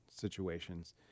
situations